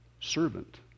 servant